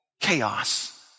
Chaos